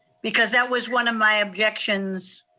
because that was one of my objections,